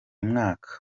mwaka